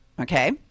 Okay